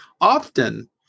Often